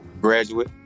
graduate